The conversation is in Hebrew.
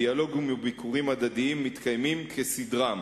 דיאלוגים וביקורים הדדיים מתקיימים כסדרם.